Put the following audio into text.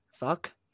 Fuck